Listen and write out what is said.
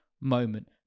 moment